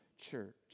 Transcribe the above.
church